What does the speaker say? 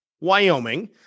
Wyoming